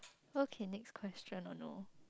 okay next question or no